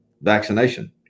vaccination